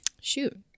Shoot